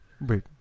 wait